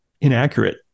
inaccurate